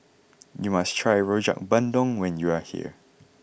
you must try Rojak Bandung when you are here